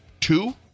two